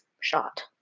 shot